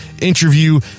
interview